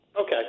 Okay